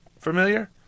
familiar